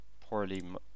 poorly